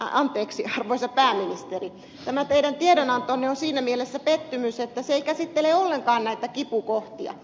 mutta arvoisa pääministeri tämä teidän tiedonantonne on siinä mielessä pettymys että se ei käsittele ollenkaan näitä kipukohtia